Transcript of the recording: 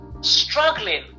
struggling